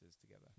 together